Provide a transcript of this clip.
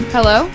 Hello